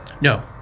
No